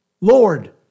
Lord